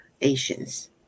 Asians